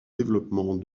développement